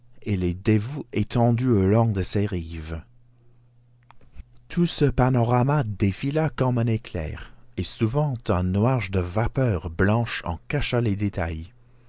et les dévots étendus au long de ses rives tout ce panorama défila comme un éclair et souvent un nuage de vapeur blanche en cacha les détails